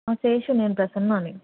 శేషు నేను ప్రసన్నాని